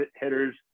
hitters